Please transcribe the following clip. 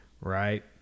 right